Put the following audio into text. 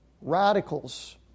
radicals